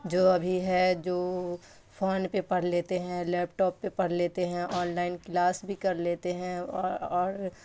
جو ابھی ہے جو فون پہ پڑھ لیتے ہیں لیپ ٹاپ پہ پڑھ لیتے ہیں آن لائن کلاس بھی کر لیتے ہیں اور